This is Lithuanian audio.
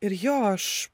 ir jo aš